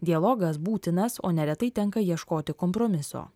dialogas būtinas o neretai tenka ieškoti kompromiso